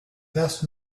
best